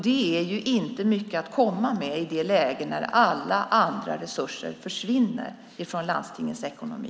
Det är inte mycket att komma med i det läge när alla andra resurser försvinner från landstingens ekonomi.